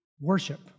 Worship